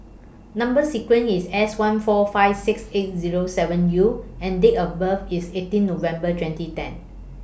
Number sequence IS S one four five six eight Zero seven U and Date of birth IS eighteen November twenty ten